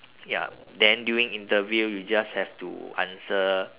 ya then during interview you just have to answer